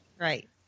Right